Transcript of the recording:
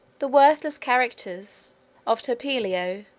the worthless characters of turpilio,